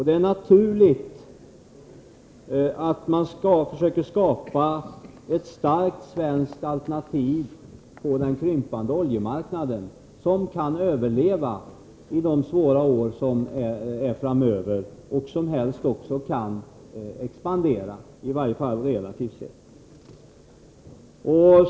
Det är naturligt att man försöker skapa ett starkt svenskt alternativ på den krympande oljemarknaden, ett alternativ som kan överleva i de svåra år som kommer framöver och som helst också kan expandera, i varje fall relativt sett.